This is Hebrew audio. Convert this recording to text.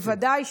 בוודאי.